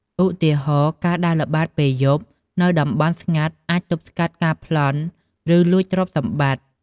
ឧទាហរណ៍ ការដើរល្បាតពេលយប់នៅតំបន់ស្ងាត់អាចទប់ស្កាត់ការប្លន់ ឬលួចទ្រព្យសម្បត្តិ។